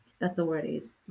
authorities